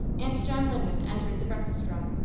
and john linden entered the breakfast-room.